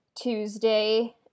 Tuesday